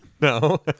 No